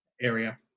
area